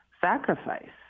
Sacrifice